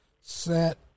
set